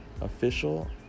official